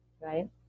right